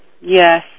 Yes